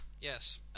yes